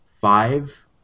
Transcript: five